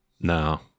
no